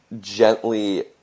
gently